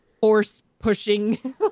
force-pushing